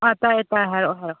ꯑꯥ ꯇꯥꯏꯌꯦ ꯇꯥꯏ ꯍꯥꯏꯔꯛꯑꯣ ꯍꯥꯏꯔꯛꯑꯣ